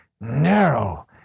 narrow